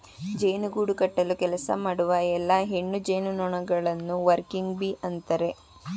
ಜೇನು ಗೂಡು ಕಟ್ಟಲು ಕೆಲಸ ಮಾಡುವ ಎಲ್ಲಾ ಹೆಣ್ಣು ಜೇನುನೊಣಗಳನ್ನು ವರ್ಕಿಂಗ್ ಬೀ ಅಂತರೆ